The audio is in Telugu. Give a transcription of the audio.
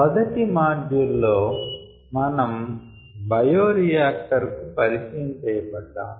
మొదటి మాడ్యూల్ లో మనం బయోరియాక్టర్ కు పరిచయం చేయబడ్డాం